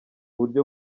buryo